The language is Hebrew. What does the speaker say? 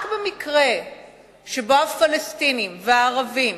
רק במקרה שבו הפלסטינים והערבים